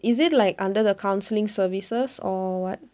is it like under the counselling services or what